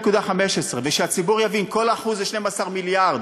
2.15%. שהציבור יבין, כל אחוז זה 12 מיליארד.